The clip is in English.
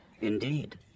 Indeed